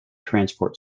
transport